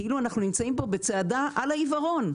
כאילו אנחנו נמצאים פה בצעדה על העיוורון,